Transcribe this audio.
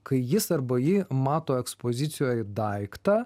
kai jis arba ji mato ekspozicijoj daiktą